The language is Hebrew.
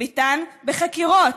ביטן בחקירות,